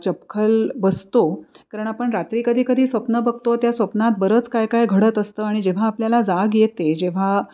चपखल बसतो कारण आपण रात्री कधी कधी स्वप्न बघतो त्या स्वप्नात बरंच काय काय घडत असतं आणि जेव्हा आपल्याला जाग येते जेव्हा